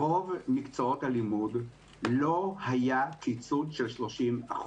ברוב מקצועות הלימוד לא היה קיצוץ של 30%,